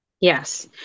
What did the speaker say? Yes